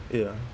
ya